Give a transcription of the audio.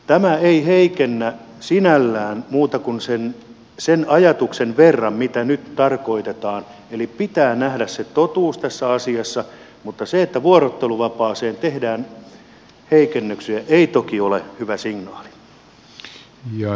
tämä ei heikennä sinällään muuta kuin sen ajatuksen verran mitä nyt tarkoitetaan eli pitää nähdä totuus tässä asiassa mutta se että vuorotteluvapaaseen tehdään heikennyksiä ei toki ole hyvä signaali